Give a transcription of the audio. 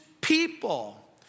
people